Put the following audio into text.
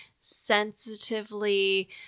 sensitively